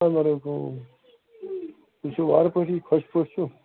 تُہۍ چھُو وارٕ پٲٹھی خۄش پٲٹھۍ چھُو